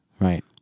Right